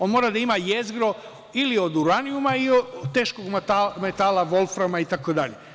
On mora da ima jezgro ili od uranijuma ili od teškog metala, volframa itd.